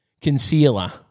concealer